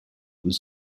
was